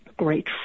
great